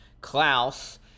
klaus